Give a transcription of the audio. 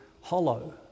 hollow